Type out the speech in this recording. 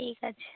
ঠিক আছে